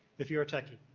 if you're a techie?